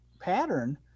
pattern